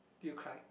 do you cry